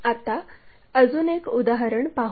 आता अजून एक उदाहरण पाहू